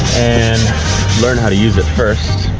and learn how to use it first